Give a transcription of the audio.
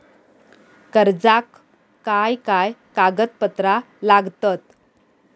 कर्जाक काय काय कागदपत्रा लागतत?